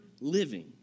living